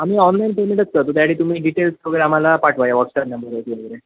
आम्ही ऑनलाईन पेमेंटच करतो त्यासाठी तुम्ही डिटेल्स वगैरे आम्हाला पाठवा या व्हॉटसएप नंबरवरती वगैरे